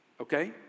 Okay